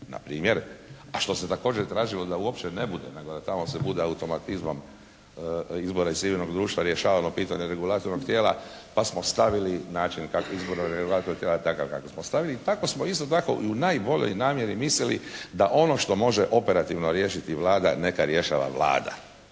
npr., a što se također tražilo da uopće ne bude, nego da tamo sve bude automatizmom izbora iz civilnog društva rješavamo pitanja regulatornog tijela, pa smo stavili način kako …/Govornik se ne razumije./… takav kakav smo stavili, tako smo isto tako i u najboljoj namjeri mislili da ono što može operativno riješiti Vlada, neka rješava Vlada.